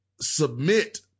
submit